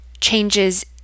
changes